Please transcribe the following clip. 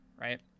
right